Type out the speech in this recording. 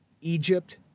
Egypt